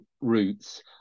routes